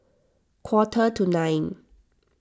quarter to nine